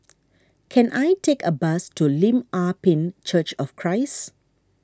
can I take a bus to Lim Ah Pin Church of Christ